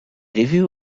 review